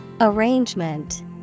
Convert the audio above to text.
Arrangement